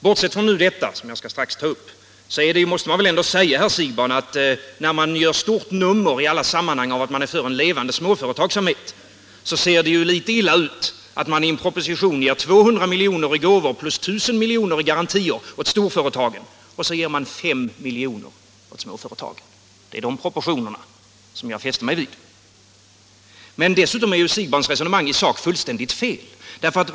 Bortsett från detta — som jag strax skall ta upp igen — måste det väl ändå sägas, herr Siegbahn, att när man i alla sammanhang gör ett stort nummer av att man är för en levande småföretagsamhet ser det väl litet illa ut att man i en proposition ger 200 milj.kr. i gåvor och 1 000 milj.kr. i garantier till storföretagen — och så ger man 5 milj.kr. till småföretagen! Det är de proportionerna som jag har fäst mig vid. Dessutom är herr Siegbahns resonemang i sak fullständigt felaktigt.